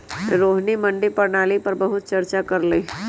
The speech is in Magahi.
रोहिणी मंडी प्रणाली पर बहुत चर्चा कर लई